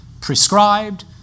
prescribed